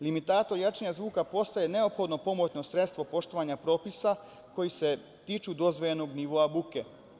Limitator jačine zvuka postao je neophodno pomoćno sredstvo poštovanja propisa koji se tiču dozvoljenog nivoa buke.